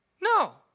No